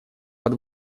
под